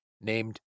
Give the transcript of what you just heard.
named